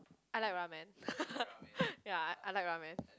I like ramen ya I I like ramen